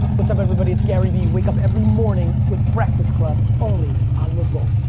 what's up everybody? it's garyvee. wake up every morning with breakfast club only on revolt.